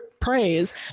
praise